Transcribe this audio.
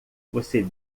você